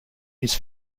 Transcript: his